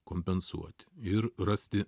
kompensuoti ir rasti